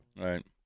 Right